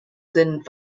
sind